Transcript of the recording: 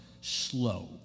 slow